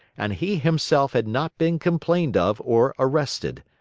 and he himself had not been complained of or arrested.